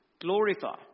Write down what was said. glorify